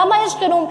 למה יש חירום,